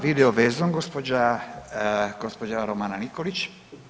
Video vezom gospođa Romana Nikolić.